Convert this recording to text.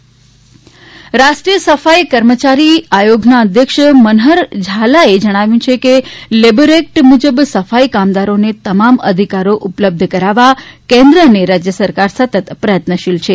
સફાઇ કામદારી રાષ્ટ્રીય સફાઇ કર્મચારી આયોગના અધ્યક્ષ મનહરભાઇ ઝાલાએ જણાવ્યું છે કે લેબર એક્ટ મુજબ સફાઇ કામદારોને તમામ અધિકારો ઉપલબ્ધ કરાવવા કેન્દ્ર અને રાજ્ય સરકાર સતત પ્રયત્નશીલ છે